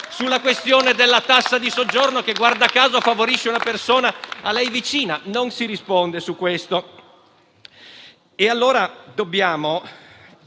sulla questione della tassa di soggiorno che - guarda caso - favorisce una persona a lei vicina. Non si risponde su questo.